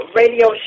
radio